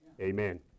Amen